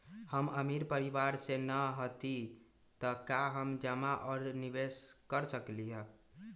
हम अमीर परिवार से न हती त का हम जमा और निवेस कर सकली ह?